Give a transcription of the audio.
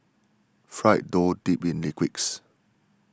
fried dough dipped in liquids